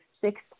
six